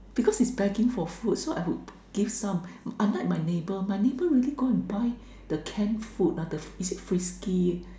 because is begging for food so I would give some unlike my neighbor my neighbor really go and buy the can food the is it Frisky